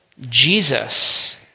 Jesus